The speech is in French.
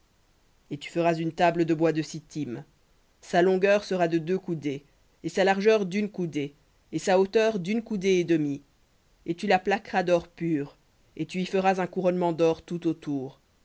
et tu feras une table de bois de sittim sa longueur sera de deux coudées et sa largeur d'une coudée et sa hauteur d'une coudée et demie et tu la plaqueras d'or pur et tu y feras un couronnement d'or tout autour